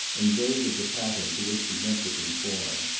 and david the pattern to which he meant to conform.